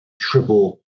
triple